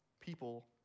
people